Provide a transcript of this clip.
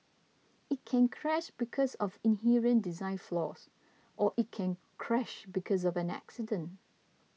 it can crash because of inherent design flaws or it can crash because of an accident